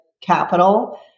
capital